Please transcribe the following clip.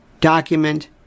Document